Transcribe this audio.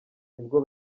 nibwo